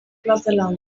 platteland